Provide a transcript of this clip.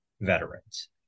veterans